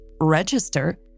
register